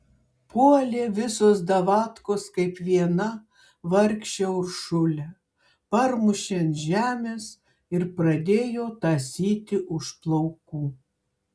puolė visos davatkos kaip viena vargšę uršulę parmušė ant žemės ir pradėjo tąsyti už plaukų